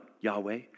Yahweh